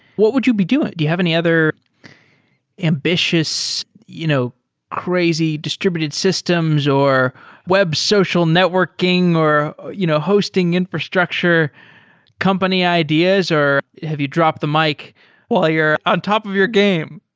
what would you be doing? do you have any other ambitious, you know crazy distributed systems, or web social networking, or you know hosting infrastructure company idea or have you dropped the mic while you're on top of your game?